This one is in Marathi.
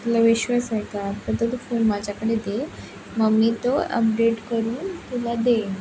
तुला विश्वास आहे का तर तू तो फोन माझ्याकडे दे मग मी तो अपडेट करून तुला देईन